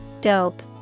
Dope